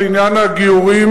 על עניין הגיורים,